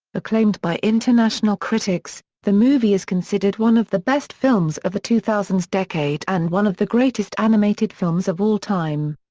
acclaimed by international critics, the movie is considered one of the best films of the two thousand s decade and one of the greatest animated films of all time.